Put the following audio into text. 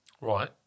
right